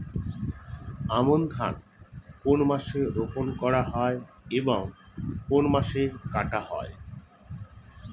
আমন ধান কোন মাসে রোপণ করা হয় এবং কোন মাসে কাটা হয়?